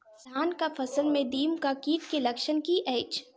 धानक फसल मे दीमक कीट केँ लक्षण की अछि?